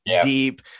deep